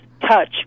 touch